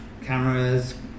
cameras